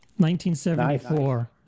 1974